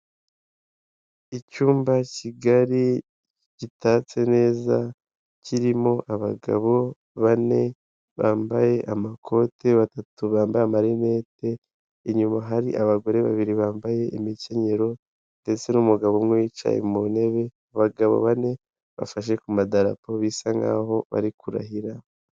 Icyumba kigari gitatse neza kirimo abagabo bane bambaye amakoti, batatu bambaye amarinete inyuma hari abagore babiri bambaye imikenyero ndetse n'umugabo umwe wicaye mu ntebe, abagabo bane bafashe ku madarapo bisa nkaho bari kurahira.